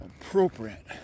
appropriate